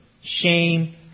shame